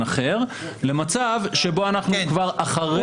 אחר למצב שבו אנחנו כבר אחרי הבחירות.